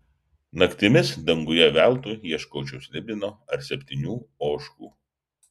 naktimis danguje veltui ieškočiau slibino ar septynių ožkų